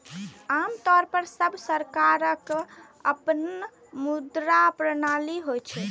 आम तौर पर सब सरकारक अपन मुद्रा प्रणाली होइ छै